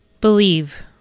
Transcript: believe